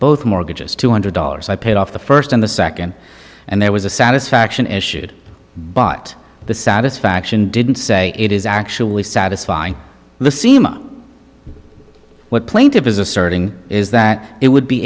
both mortgages two hundred dollars i paid off the first and the second and there was a satisfaction issued but the satisfaction didn't say it is actually satisfying the sema what plaintiff is asserting is that it would be